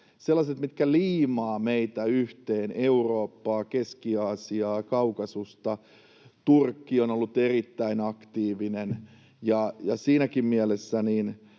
sellaiset, mitkä liimaavat yhteen meitä: Eurooppaa, Keski-Aasiaa, Kaukasusta, ja Turkki on ollut erittäin aktiivinen. Siinäkin mielessä